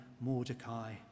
Mordecai